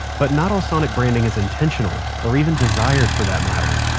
but not all sonic branding is intentional, or even desired for that matter.